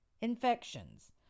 infections